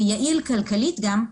ויעיל כלכלית גם,